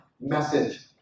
Message